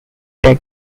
tag